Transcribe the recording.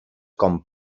com